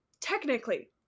technically